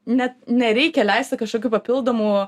net nereikia leisti kažkokių papildomų